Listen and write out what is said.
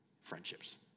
friendships